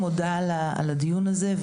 אני מודה על הדיון הזה,